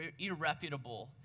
irreputable